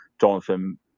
Jonathan